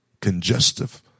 Congestive